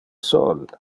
sol